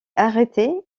arrêté